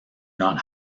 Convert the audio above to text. not